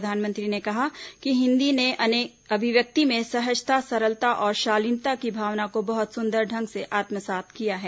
प्रधानमंत्री ने कहा कि हिन्दी ने अभिव्यक्ति में सहजता सरलता और शालीनता की भावना को बहुत सुंदर ढंग से आत्मसात किया है